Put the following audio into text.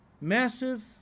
Massive